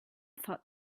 thought